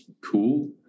cool